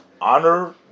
honor